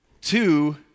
Two